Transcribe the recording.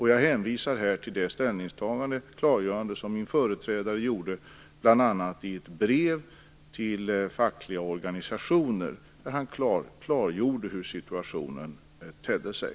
Jag hänvisar här också till det klargörande som min företrädare gjorde bl.a. i ett brev till fackliga organisationer.